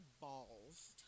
balls